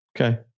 Okay